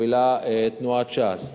שמובילה תנועת ש"ס